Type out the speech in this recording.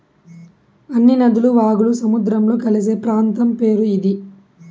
అన్ని నదులు వాగులు సముద్రంలో కలిసే ప్రాంతం పేరు ఇది